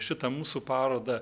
šitą mūsų parodą